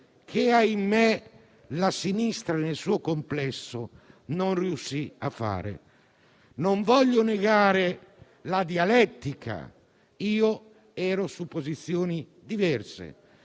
che - ahimè - la sinistra nel suo complesso non riuscì a fare. Non voglio negare la dialettica - io ero su posizioni diverse